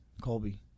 Colby